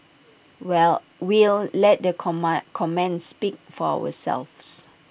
well we'll let the comma comments speak for ourselves